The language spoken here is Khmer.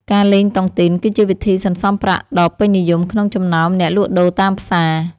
ការលេងតុងទីនគឺជាវិធីសន្សំប្រាក់ដ៏ពេញនិយមក្នុងចំណោមអ្នកលក់ដូរតាមផ្សារ។